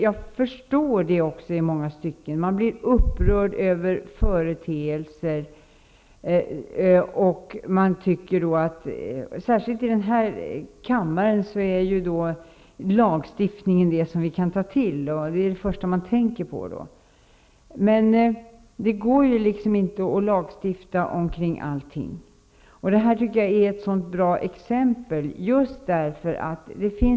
Jag förstår det också i många stycken. Man blir upprörd över företeelser. I denna kammare är lagstiftning vad vi kan ta till och det första vi tänker på. Men det går inte att lagstifta om allting. Detta tycker jag är ett bra exempel.